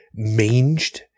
manged